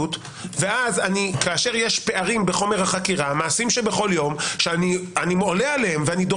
הסמים שמאפשר לעשות את זה בכל מצב בלי להתוות